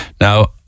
Now